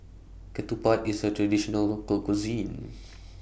Ketupat IS A Traditional Local Cuisine